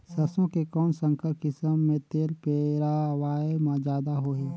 सरसो के कौन संकर किसम मे तेल पेरावाय म जादा होही?